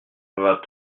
vas